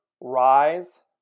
rise